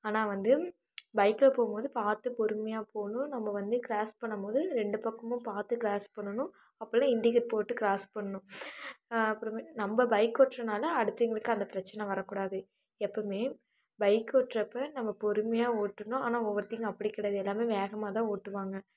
ஆனால் வந்து பைக்கில் போகும்போது பார்த்து பொறுமையாக போகணும் நம்ம வந்து க்ராஸ் பண்ணம்போது ரெண்டு பக்கமும் பார்த்து க்ராஸ் பண்ணணும் அப்போலாம் இன்டிகேட் போட்டு க்ராஸ் பண்ணணும் அப்புறமே நம்ப பைக் ஓட்டுறனால அடுத்தவங்களுக்கு அந்த பிரச்சனை வரக்கூடாது எப்போவுமே பைக்கு ஓட்டுறப்ப நம்ம பொறுமையாக ஓட்டணும் ஆனால் ஒவ்வொருத்தவங்க அப்படி கிடையாது எல்லாமே வேகமாகதான் ஓட்டுவாங்கள்